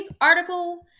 article